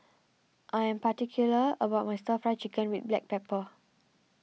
I am particular about my Stir Fry Chicken with Black Pepper